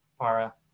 Para